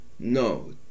No